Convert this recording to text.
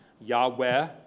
Yahweh